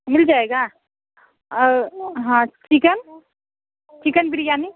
मिल जाएगा और हाँ चिकन चिकन बिरयानी